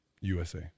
USA